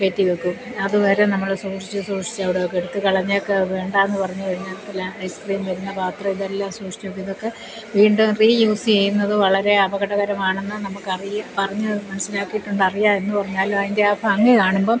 കയറ്റി വയ്ക്കും അതുവരെ നമ്മൾ സൂക്ഷിച്ചു സൂക്ഷിച്ചു അവിടെ ഒക്കെ എടുത്ത് കളഞ്ഞേക്ക് വേണ്ട എന്ന് പറഞ്ഞു കഴിഞ്ഞാൽ ഐസ് ക്രീം കഴിഞ്ഞ പാത്രം ഇതെല്ലാം സൂക്ഷിച്ചും ഇതൊക്കെ വീണ്ടും റീ യൂസ് യ്യുന്നത് വളരെ അപകടക്കാരമാണെന്ന് നമ്മൾക്ക് അറിയും പറഞ്ഞത് മനസ്സിലാക്കിയിട്ടുണ്ട് അറിയാമെന്ന് പറഞ്ഞാലും അതിൻ്റെ ആ ഭംഗി കാണുമ്പം